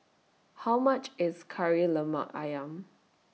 How much IS Kari Lemak Ayam